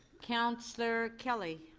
counselor kelly.